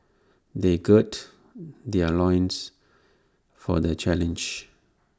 they gird their loins for the challenge